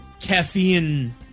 caffeine